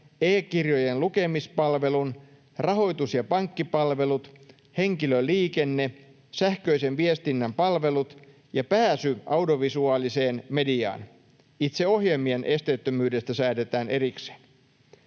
e-kirjojen lukemispalvelut, rahoitus- ja pankkipalvelut, henkilöliikenne, sähköisen viestinnän palvelut ja pääsy audiovisuaaliseen mediaan. Itse ohjelmien esteettömyydestä säädetään erikseen.